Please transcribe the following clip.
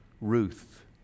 Ruth